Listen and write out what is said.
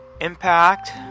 Impact